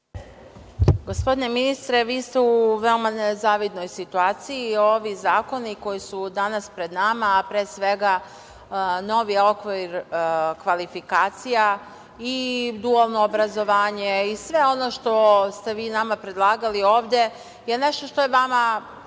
Gospodine ministre, vi ste u veoma nezavidnoj situaciji. Ovi zakoni koji su danas pred nama, pre svega novi okvir kvalifikacija i dualno obrazovanje i sve ono što ste vi nama predlagali ovde je nešto što je vama